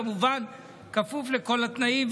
כמובן בכפוף לכל התנאים.